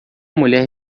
mulher